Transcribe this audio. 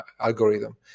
algorithm